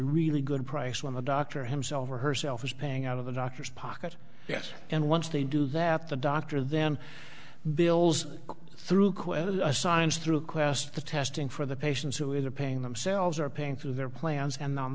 really good price when the doctor himself or herself is paying out of the doctor's pocket yes and once they do that the doctor then bills through quickly assigns through quest the testing for the patients who in the paying themselves are paying through their plans and on